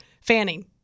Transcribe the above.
Fanning